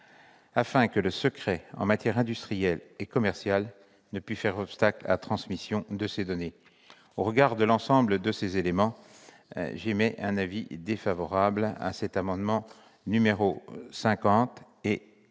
afin que le secret en matière industrielle et commerciale ne puisse faire obstacle à la transmission de ces données. » Compte tenu de tous ces éléments, j'émets un avis défavorable sur l'amendement n° 50.